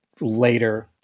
later